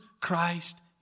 Christ